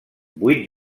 vuit